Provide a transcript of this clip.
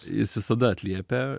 jis visada atliepia